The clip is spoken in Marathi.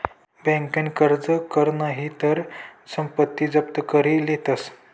बँकन कर्ज कर नही तर संपत्ती जप्त करी लेतस